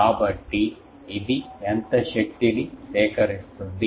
కాబట్టి ఇది ఎంత శక్తిని సేకరిస్తుంది